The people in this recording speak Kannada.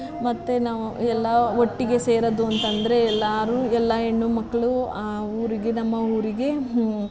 ಮತ್ತು ನಾವು ಎಲ್ಲ ಒಟ್ಟಿಗೆ ಸೇರೋದು ಅಂತಂದರೆ ಎಲ್ಲರೂ ಎಲ್ಲ ಹೆಣ್ಣು ಮಕ್ಳು ಆ ಊರಿಗೆ ನಮ್ಮ ಊರಿಗೆ